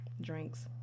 drinks